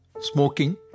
smoking